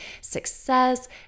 success